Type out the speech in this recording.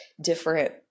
different